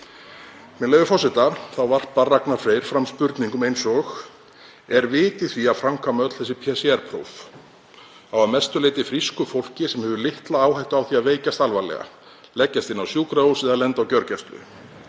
Með leyfi forseta fleygir Ragnar fram spurningum eins og: Er vit í því að framkvæma öll þessi PCR-próf á að mestu leyti frísku fólki sem hefur litla áhættu á því að veikjast alvarlega, leggjast inn á sjúkrahús eða lenda á gjörgæslu?